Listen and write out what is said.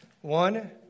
one